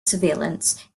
surveillance